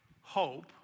hope